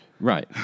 Right